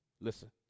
Listen